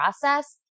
process